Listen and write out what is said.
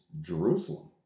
Jerusalem